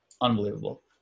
Unbelievable